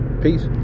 peace